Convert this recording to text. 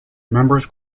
members